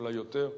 אולי יותר,